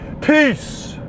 Peace